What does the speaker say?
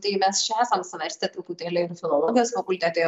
tai mes esam svarstę truputėlį filologijos fakultete